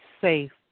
safe